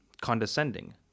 condescending